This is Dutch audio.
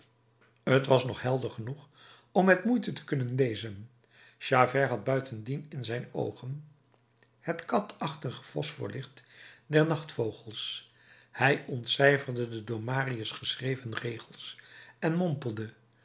t was nog helder genoeg om met moeite te kunnen lezen javert had buitendien in zijn oogen het katachtig phosphorlicht der nachtvogels hij ontcijferde de door marius geschreven regels en mompelde